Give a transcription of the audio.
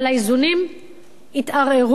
אבל האיזונים התערערו,